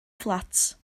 fflat